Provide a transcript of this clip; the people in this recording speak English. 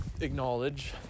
acknowledge